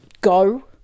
go